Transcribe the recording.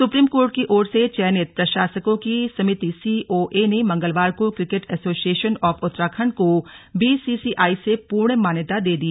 supreme Court की ओर से चयनित प्रशासकों की समिति सीओए ने मंगलवार को क्रिकेट एसोसिएशन ऑफ उत्तराखंड को बीसीसीआइ से पूर्ण मान्यता दे दी